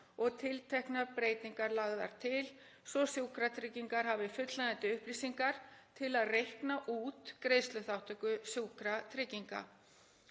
og tilteknar breytingar lagðar til svo Sjúkratryggingar hafi fullnægjandi upplýsingar til að reikna út greiðsluþátttöku Sjúkratrygginga.